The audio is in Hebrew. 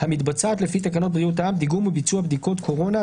המתבצעת לפי תקנות בריאות העם (דיגום וביצוע בדיקות קרונה),